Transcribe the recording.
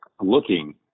looking